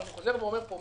ואני חוזר ואומר פה,